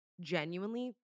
genuinely